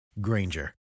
Granger